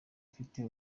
afite